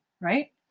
right